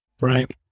right